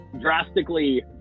drastically